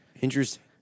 Interesting